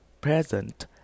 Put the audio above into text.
present